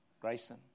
Grayson